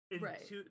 right